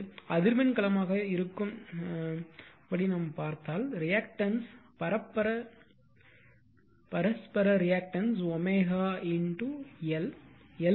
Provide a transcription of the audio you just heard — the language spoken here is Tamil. இப்போது இது r அதிர்வெண் களமாக இருக்கும் என்று நாம் விரும்பினால் ரியாக்டன்ஸ் பரஸ்பர ரியாக்டன்ஸ்